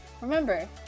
remember